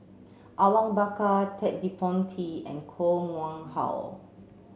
Awang Bakar Ted De Ponti and Koh Nguang How